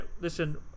listen